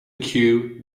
queue